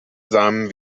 samen